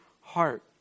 heart